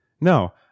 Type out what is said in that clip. No